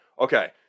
Okay